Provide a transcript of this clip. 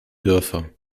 dörfer